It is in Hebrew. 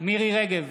מירי מרים רגב,